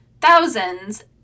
thousands